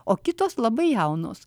o kitos labai jaunos